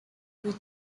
rues